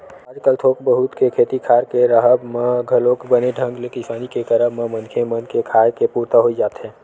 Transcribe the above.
आजकल थोक बहुत के खेती खार के राहत म घलोक बने ढंग ले किसानी के करब म मनखे मन के खाय के पुरता होई जाथे